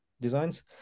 designs